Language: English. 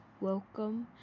welcome